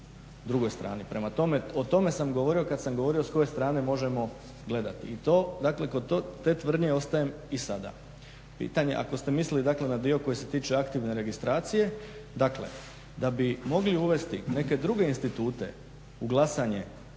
drugoj strani. Prema tome, o tome sam govorio kad sam govorio s koje strane možemo gledati to. Dakle, kod te tvrdnje ostajem i sada. Pitanje, ako ste mislili dakle na dio koji se tiče aktivne registracije, dakle da bi mogli uvesti neke druge institute u glasanje